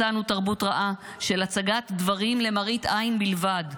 מצאנו תרבות רעה של הצגת דברים למראית עין בלבד,